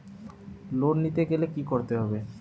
Loan নিতে গেলে কি করতে হবে?